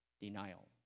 denial